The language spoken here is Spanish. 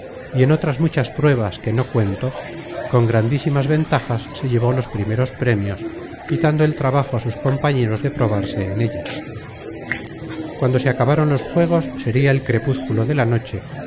y en otras muchas pruebas que no cuento con grandísimas ventajas se llevó los primeros premios quitando el trabajo á sus compañeros de probarse en ellas content from google book search generated at cuando se acabaron los juegos sería el crepúsculo de la noche